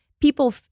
people